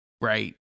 Right